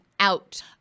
out